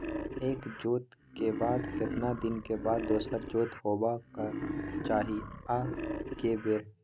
एक जोत के बाद केतना दिन के बाद दोसर जोत होबाक चाही आ के बेर?